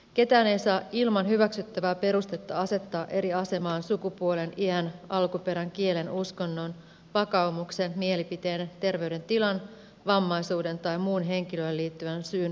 ketään ei saa ilman hyväksyttävää perustetta asettaa eri asemaan sukupuolen iän alkuperän kielen uskonnon vakaumuksen mielipiteen terveydentilan vammaisuuden tai muun henkilöön liittyvän syyn perusteella